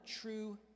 true